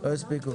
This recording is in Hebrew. לא הספיקו.